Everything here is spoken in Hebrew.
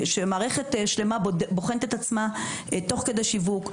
שמערכת שלמה בוחנת את עצמה תוך כדי שיווק,